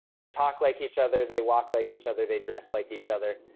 they talk like each other. they walk like each other. they dress like each other.